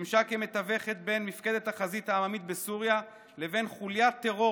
ושימשה כמתווכת בין מפקדת החזית העממית בסוריה לבין חוליית טרור